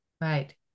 Right